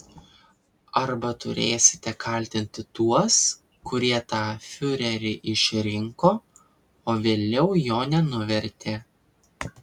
arba turėsite kaltinti tuos kurie tą fiurerį išrinko o vėliau jo nenuvertė